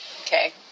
Okay